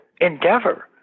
endeavor